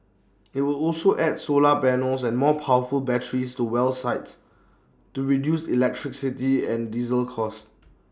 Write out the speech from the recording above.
IT would also add solar panels and more powerful batteries to well sites to reduce electricity and diesel costs